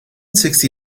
sixty